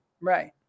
Right